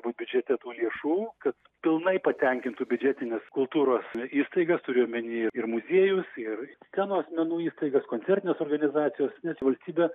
būt biudžete tų lėšų kad pilnai patenkintų biudžetines kultūros įstaigas turiu omeny ir muziejus ir scenos menų įstaigas koncertines organizacijas nes valstybė